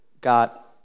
got